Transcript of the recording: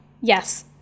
yes